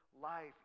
life